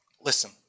Listen